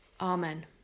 Amen